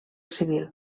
civil